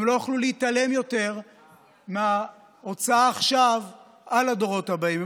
הם לא יוכלו להתעלם יותר מההשפעה של ההוצאה עכשיו על הדורות הבאים,